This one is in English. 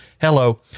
Hello